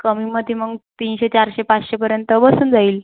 कमीमध्ये मग तीनशे चारशे पाचशेपर्यंत बसून जाईल